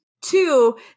Two